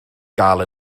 gael